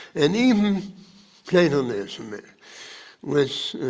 and even platonism, and which